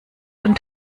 und